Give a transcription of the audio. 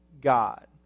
God